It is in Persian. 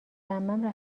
عمه